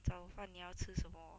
早饭你要吃什么